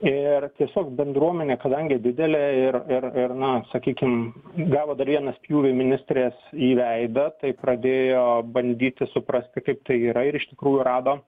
ir tiesiog bendruomenė kadangi didelė ir ir ir na sakykim gavo dar vieną spjūvį ministrės į veidą tai pradėjo bandyti suprasti kaip tai yra ir iš tikrųjų rado